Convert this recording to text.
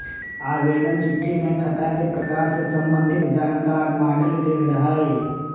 आवेदन चिट्ठी में खता के प्रकार से संबंधित जानकार माङल गेल रहइ